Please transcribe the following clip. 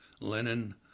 Lenin